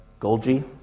Golgi